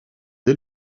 dès